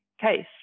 case